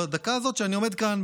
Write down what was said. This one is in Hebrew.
בדקה הזאת שאני עומד כאן,